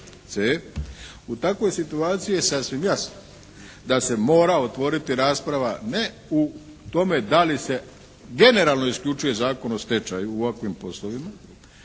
U takvoj situaciji je sasvim jasno da se mora otvoriti rasprava ne u tome da li se generalno isključuje Zakon o stečaju u ovakvim poslovima,